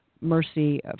mercy